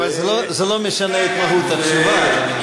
אבל זה לא משנה את מהות התשובה.